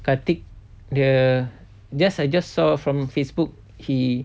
kartik dia just I just saw from facebook he